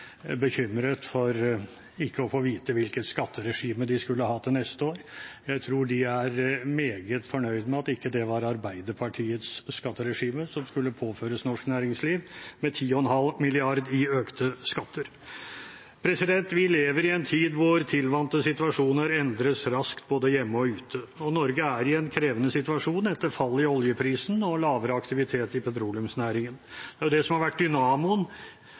bekymret for ikke å få vite hvilket skatteregime de skulle ha til neste år. Jeg tror de er meget fornøyd med at det ikke var Arbeiderpartiets skatteregime som skulle påføres norsk næringsliv, med 10,5 mrd. kr i økte skatter. Vi lever i en tid da tilvante situasjoner endres raskt, både hjemme og ute, og Norge er i en krevende situasjon etter fallet i oljeprisen og lavere aktivitet i petroleumsnæringen. Det er det som har vært dynamoen